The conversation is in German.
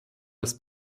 das